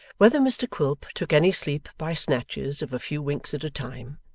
whether mr quilp took any sleep by snatches of a few winks at a time,